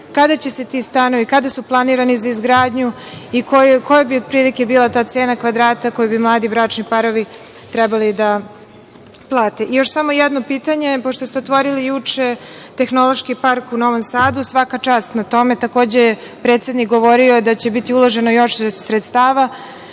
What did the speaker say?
kada su ti stanovi planirani za izgradnju i koja bi otprilike bila ta cena kvadrata koju bi mladi bračni parovi trebali da plate? Još samo jedno pitanje. Pošto ste otvorili juče Tehnološki park u Novom Sadu, svaka čast na tome. Takođe je predsednik govorio da će biti uloženo još sredstava.